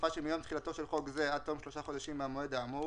בתקופה שמיום תחילתו של חוק זה עד תום שלושה חודשים מהמועד האמור,